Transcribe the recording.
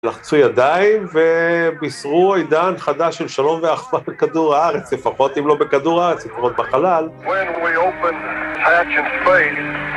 לחצו ידיים ובישרו עידן חדש של שלום ואחווה בכדור הארץ, לפחות אם לא בכדור הארץ, לפחות בחלל.